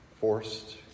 Forced